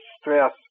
stress